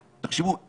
תחשבו,